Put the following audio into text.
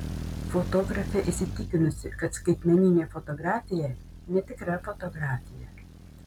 fotografė įsitikinusi kad skaitmeninė fotografija netikra fotografija